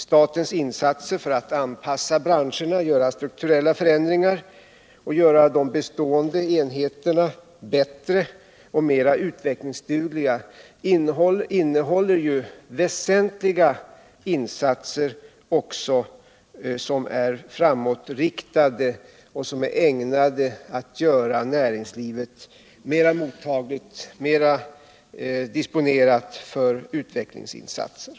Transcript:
Statens åtgärder för att anpassa branscher, genomföra strukturförändringar och göra de bestående enheterna bättre och mer utvecklingsdugliga innehåller ju också väsentliga insatser, som är framåtriktade och ägnade att göra näringslivet mer disponerat för utvecklingsinsatser.